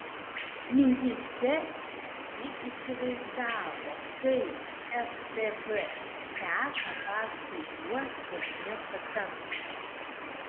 mintyse ji įsivaizdavo kaip ftb seka paskui juos per miesto centrą